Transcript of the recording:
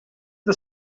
the